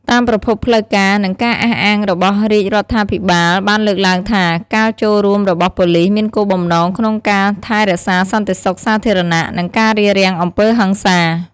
តាមប្រភពផ្លូវការ និងការអះអាងរបស់រាជរដ្ឋាភិបាលបានលើកឡើងថា ការចូលរួមរបស់ប៉ូលីសមានគោលបំណងក្នុងការថែរក្សាសន្តិសុខសាធារណៈ និងការរារាំងអំពើហិង្សា។